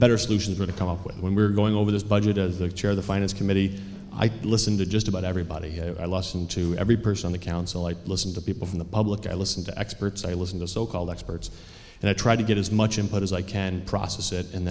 better solutions are to come up with when we're going over this budget as the chair of the finance committee i listen to just about everybody who i listen to every person on the council i listen to people from the public i listen to experts i listen to so called experts and i try to get as much input as i can process it and